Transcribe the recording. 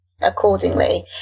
accordingly